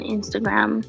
Instagram